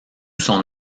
son